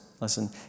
listen